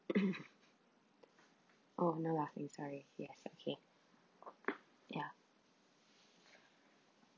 oh no laughing sorry yes okay ya